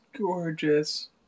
gorgeous